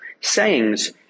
sayings